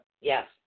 Yes